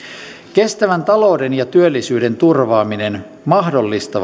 kestävän talouden ja työllisyyden turvaaminen mahdollistaa